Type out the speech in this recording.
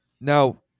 now